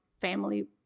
family